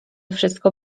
wszystko